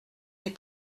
des